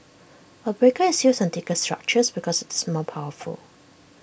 A breaker is used on thicker structures because IT is more powerful